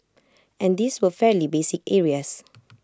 and these were fairly basic areas